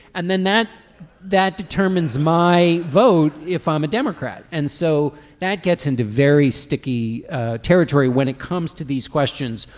and then that that determines my vote if i'm um a democrat. and so that gets into very sticky territory when it comes to these questions.